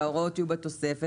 שההוראות יהיו בתוספת,